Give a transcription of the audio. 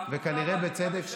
וכנראה בצדק,